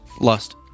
lust